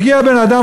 הגיע בן-אדם,